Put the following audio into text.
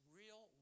real